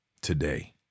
today